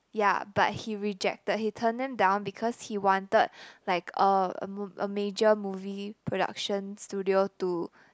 ya but he rejected he turned them down because he wanted like a mo~ a major movie production studio to